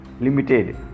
limited